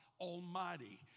Almighty